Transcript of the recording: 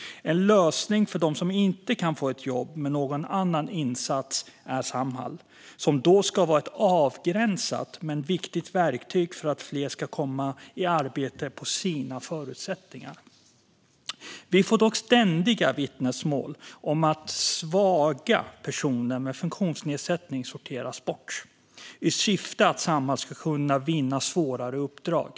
En lösning för dem som inte kan få ett jobb med någon annan insats är Samhall, som då ska vara ett avgränsat men viktigt verktyg för att fler ska komma i arbete utifrån sina förutsättningar. Vi får dock ständiga vittnesmål om att "svaga" personer med funktionsnedsättning sorteras bort i syfte att Samhall ska kunna vinna svårare uppdrag.